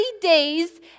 days